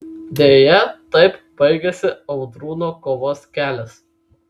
deja taip baigėsi audrūno kovos kelias